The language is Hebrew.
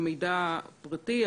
במידע פרטי,